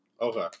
Okay